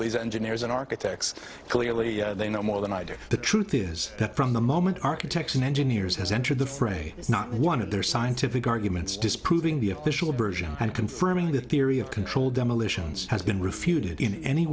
these engineers and architects clearly they know more than i do the truth is that from the moment architects and engineers has entered the fray it's not one of their scientific arguments disproving the official version and confirming the theory of controlled demolitions has been refuted in any